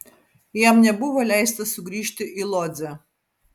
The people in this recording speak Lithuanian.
jam nebuvo leista sugrįžti į lodzę